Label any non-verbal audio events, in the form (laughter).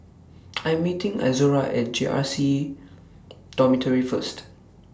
(noise) I'm meeting Izora At J R C Dormitory First